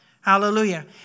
Hallelujah